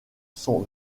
sont